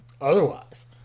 otherwise